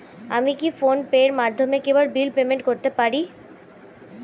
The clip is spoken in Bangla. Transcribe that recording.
আমি কি ফোন পের মাধ্যমে কেবল বিল পেমেন্ট করতে পারি?